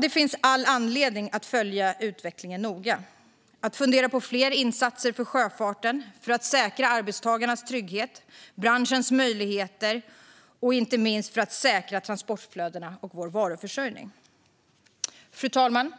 Det finns all anledning att följa utvecklingen noga och fundera på fler insatser för sjöfarten för att säkra arbetstagarnas trygghet och branschens möjligheter och, inte minst, för att säkra fransportflödena och vår varuförsörjning. Fru talman!